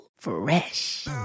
Fresh